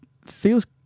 feels